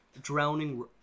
drowning